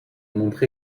montre